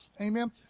Amen